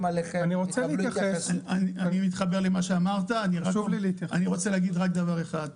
עליכם --- אני רוצה להגיד רק דבר אחד.